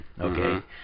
Okay